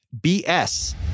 BS